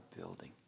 building